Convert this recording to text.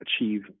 achieve